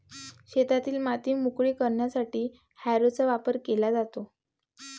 शेतातील माती मोकळी करण्यासाठी हॅरोचा वापर केला जातो